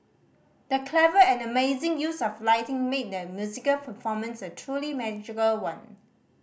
the clever and amazing use of lighting made the musical performance a truly magical one